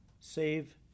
save